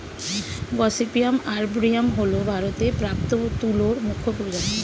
gossypium arboreum হল ভারতে প্রাপ্ত তুলোর মুখ্য প্রজাতি